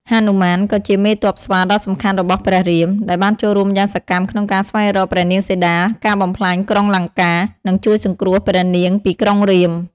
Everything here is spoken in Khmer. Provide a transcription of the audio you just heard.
ហនុមានក៏ជាមេទ័ពស្វាដ៏សំខាន់របស់ព្រះរាម ដែលបានចូលរួមយ៉ាងសកម្មក្នុងការស្វែងរកព្រះនាងសីតា ការបំផ្លាញក្រុងលង្កា និងជួយសង្គ្រោះព្រះនាងពីក្រុងរាពណ៍ ។